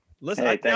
Listen